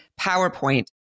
PowerPoint